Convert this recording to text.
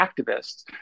activists